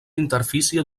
interfície